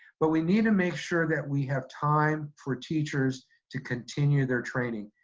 but we need to make sure that we have time for teachers to continue their training.